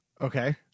Okay